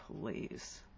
Please